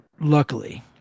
luckily